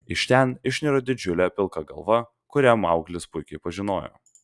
iš ten išniro didžiulė pilka galva kurią mauglis puikiai pažinojo